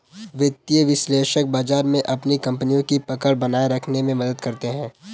वित्तीय विश्लेषक बाजार में अपनी कपनियों की पकड़ बनाये रखने में मदद करते हैं